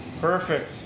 Perfect